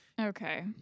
Okay